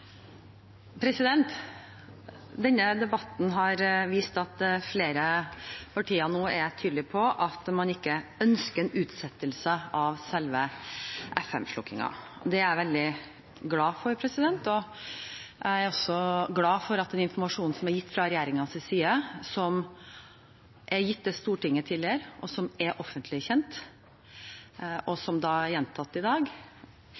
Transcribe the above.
på at man ikke ønsker en utsettelse av selve FM-slukkingen. Det er jeg veldig glad for, og jeg er også glad for at den informasjonen som er gitt fra regjeringens side til Stortinget tidligere, som er offentlig kjent, og som er gjentatt i dag,